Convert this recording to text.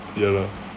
ya lah